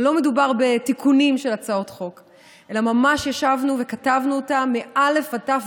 לא מדובר בתיקונים של חוקים אלא ממש ישבנו וכתבנו אותה מאל"ף עד תי"ו,